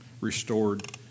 restored